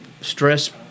stress